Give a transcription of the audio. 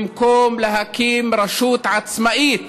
במקום להקים רשות עצמאית